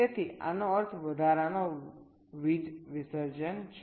તેથી આનો અર્થ વધારાનો વીજ વિસર્જન છે